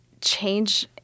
change